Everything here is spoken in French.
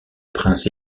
prince